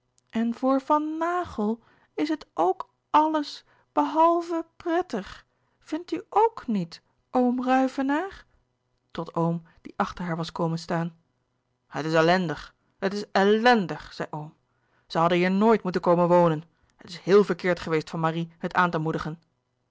en voor van nàghel is het ook alles behalve p r e t t i g vindt u ok niet oom ruyvenaer tot oom die achter haar was komen staan het is ellendig het is ellendig zei oom ze hadden hier nooit moeten komen wonen het is heel verkeerd geweest van marie het aan te moedigen